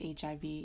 HIV